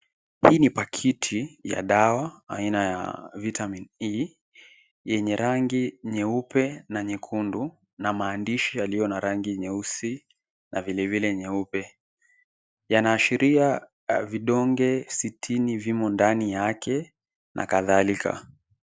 Hii ni pakiti ya dawa aina ya Vitamin E yenye rangi nyeupe na nyekundu na maadishi yaliyo na rangi nyeusi na vile vile nyeupe yanaashiria vidoge sitini vimo ndani yake na kadhalika.